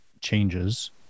changes